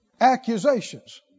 Accusations